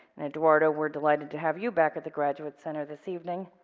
and eduardo we're delighted to have you back at the graduate center this evening.